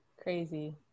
crazy